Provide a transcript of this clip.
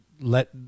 let